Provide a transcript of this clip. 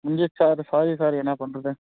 sorry sir என்ன பண்ணுறது